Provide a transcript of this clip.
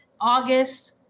August –